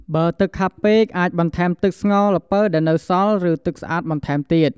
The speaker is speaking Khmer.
បើទឹកខាប់ពេក អាចបន្ថែមទឹកស្ងោរល្ពៅដែលនៅសល់ ឬទឹកស្អាតបន្ថែមទៀត។